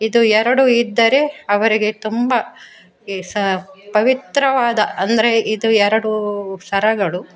ಇದು ಎರಡು ಇದ್ದರೆ ಅವರಿಗೆ ತುಂಬ ಈ ಸ ಪವಿತ್ರವಾದ ಅಂದರೆ ಇದು ಎರಡು ಸರಗಳು